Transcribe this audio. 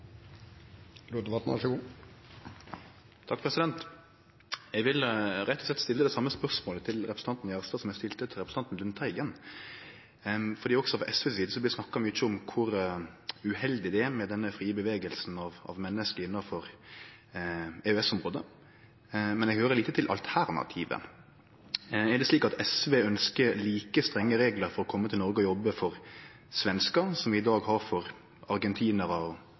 Gjerstad som eg stilte til representanten Lundteigen, for også frå SV si side blir det snakka mykje om kor uheldig det er med den frie bevegelsen av menneske innanfor EØS-området, men eg høyrer lite om alternativet. Er det slik at SV ønskjer like strenge reglar for å kome til Noreg og jobbe for svenskar som dei vi i dag har for argentinarar